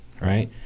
right